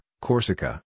Corsica